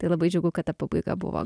tai labai džiugu kad ta pabaiga buvo